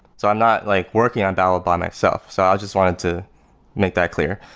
so i'm not like working on babel by myself, so i just wanted to make that clear.